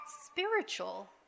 spiritual